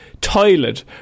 Toilet